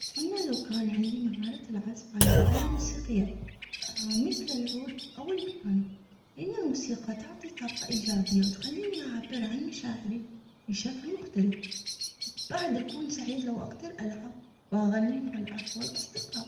أتمنى لو كان عندي مهارة العزف على آلة موسيقية، آه، مثل العود أو البيانو، لأن الموسيقى تعطي طاقة إيجابية، وتخليني أعبر عن مشاعري بشكل مختلف. بعد أكون سعيد لو أقدر ألعب وأغنيهم على الأهل والأصدقاء،